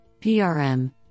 PRM